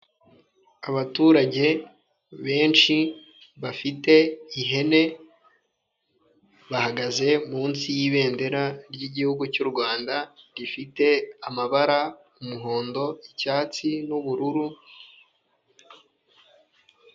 Abaturage benshi bafite ihene bahagaze munsi yibendera ryigihugu cy'u Rwanda rifite amabara umuhondo icyatsi n'ubururu.